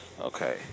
okay